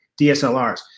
DSLRs